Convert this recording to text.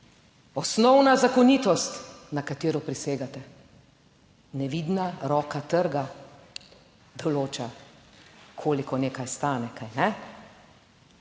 Osnovna zakonitost, na katero prisegate, nevidna roka trga, določa, koliko nekaj stane, kajne?